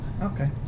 Okay